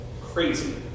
crazy